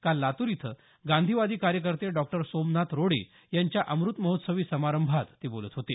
काल लातूर इथं गांधीवादी कार्यकर्ते डॉ सोमनाथ रोडे यांच्या अम्रत महोत्सवी समारंभात ते बोलत होते